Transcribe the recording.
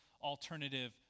alternative